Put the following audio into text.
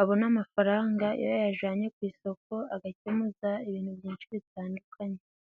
abona amafaranga iyo yayajanye ku isoko agakemuza ibintu byinshi bitandukanye.